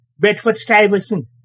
Bedford-Stuyvesant